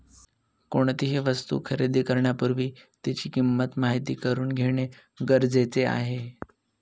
कोणतीही वस्तू खरेदी करण्यापूर्वी तिची किंमत माहित करून घेणे गरजेचे आहे